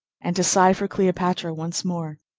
and to sigh for cleopatra once more.